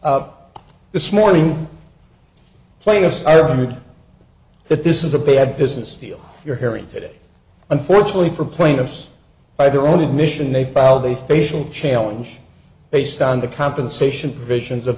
of this morning plainest evidence that this is a bad business deal you're hearing today unfortunately for plaintiffs by their own admission they filed a facial challenge based on the compensation provisions of